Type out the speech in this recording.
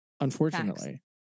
Unfortunately